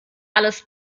alles